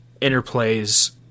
Interplay's